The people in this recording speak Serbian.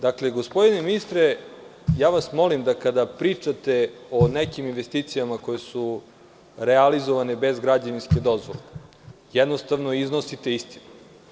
Dakle, gospodine ministre molim vas da kada pričate o nekim investicijama koje su realizovane bez građevinske dozvole iznosite istinu.